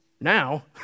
Now